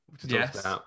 Yes